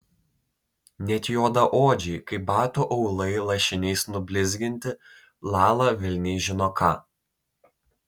net juodaodžiai kaip batų aulai lašiniais nublizginti lala velniai žino ką